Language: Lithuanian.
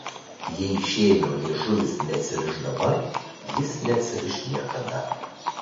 jei šėmio liežuvis neatsiriš dabar jis neatsiriš niekada